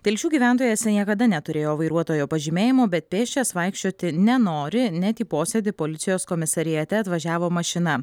telšių gyventojas niekada neturėjo vairuotojo pažymėjimo bet pėsčias vaikščioti nenori net į posėdį policijos komisariate atvažiavo mašina